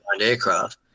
aircraft